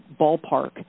ballpark